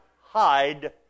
hide